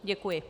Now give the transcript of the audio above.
Děkuji.